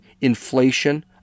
inflation